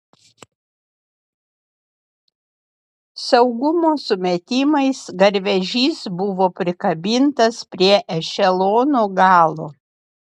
saugumo sumetimais garvežys buvo prikabintas prie ešelono galo